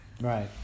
Right